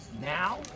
now